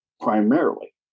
primarily